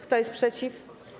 Kto jest przeciw?